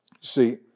See